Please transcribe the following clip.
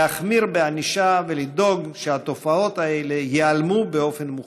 להחמיר בענישה ולדאוג שהתופעות האלה ייעלמו באופן מוחלט.